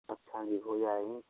अच्छा जी हो जाएगा